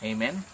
Amen